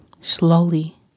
slowly